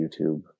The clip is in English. YouTube